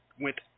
went